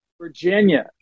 Virginia